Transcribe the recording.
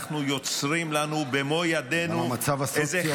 אנחנו יוצרים לנו במו ידינו -- המצב הסוציו-אקונומי.